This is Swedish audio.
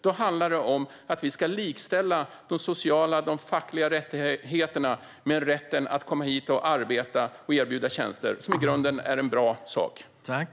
Då handlar det om att vi ska likställa de sociala och fackliga rättigheterna med rätten att komma hit och arbeta och erbjuda tjänster, vilket i grunden är en bra sak.